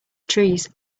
trees